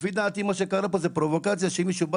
לפי דעתי מה שקרה פה זו פרובוקציה שמישהו בא